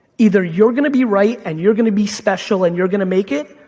either you're gonna be right and you're gonna be special and you're gonna make it,